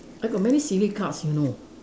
I got many silly cards you know